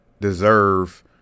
deserve